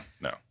no